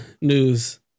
news